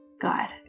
God